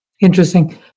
Interesting